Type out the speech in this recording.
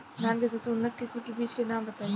धान के सबसे उन्नत किस्म के बिज के नाम बताई?